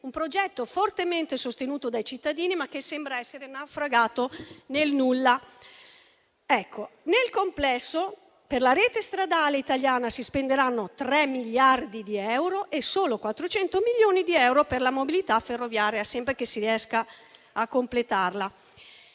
un progetto fortemente sostenuto dai cittadini, ma che sembra naufragato nel nulla. Nel complesso, per la rete stradale italiana si spenderanno 3 miliardi di euro e solo 400 milioni per la mobilità ferroviaria, sempre che si riesca a completarla.